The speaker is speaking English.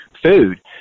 food